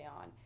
on